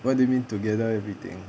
what do you mean together everything